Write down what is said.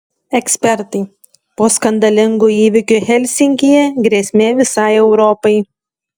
ekspertai po skandalingų įvykių helsinkyje grėsmė visai europai